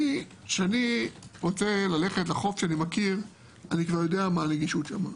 כשאני רוצה ללכת לחוף שאני מכיר אני כבר יודע מה הנגישות שם,